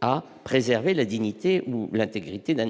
à préserver la dignité ou l'intégrité de